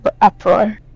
uproar